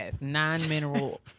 non-mineral